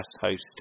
host